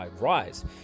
Rise